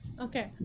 Okay